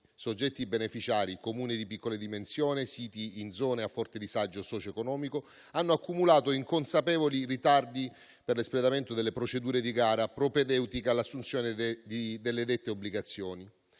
soggetti beneficiari (Comuni di piccole dimensioni siti in zone a forte disagio socio-economico) hanno accumulato incolpevoli ritardi per l'espletamento delle procedure di gara propedeutiche all'assunzione delle dette obbligazioni.